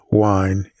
wine